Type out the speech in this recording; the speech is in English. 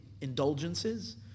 indulgences